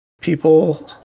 People